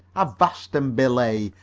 avast and belay!